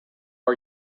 are